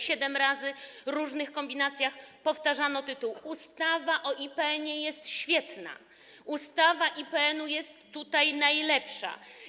Siedem razy w różnych kombinacjach powtarzano tytuł: ustawa o IPN jest świetna, ustawa o IPN jest tutaj najlepsza.